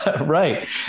Right